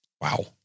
Wow